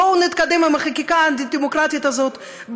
בואו נתקדם עם החקיקה האנטי-דמוקרטית הזאת,